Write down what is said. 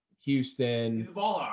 Houston